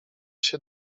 się